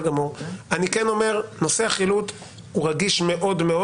אני כן אומר שנושא החילוט הוא רגיש מאוד מאוד.